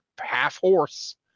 half-horse